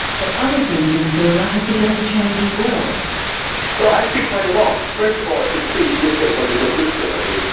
but other things in burma have begun to change as well, actually quite a lot. first of all it's a completely different political system. i mean,